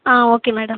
ah okay madam